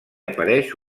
apareix